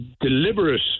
deliberate